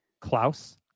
Klaus